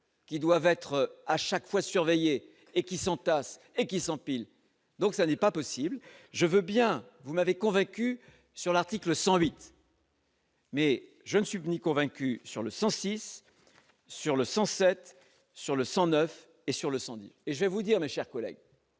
qui doivent être à chaque fois, surveiller et qui s'entassent et qui s'empilent, donc ça n'est pas possible, je veux bien vous n'avez convaincu sur l'article 108. Mais je ne suivent ni convaincu sur le 106 sur le 107 sur le sang 9 et sur le 110 et je vais vous dire mes chers collègues,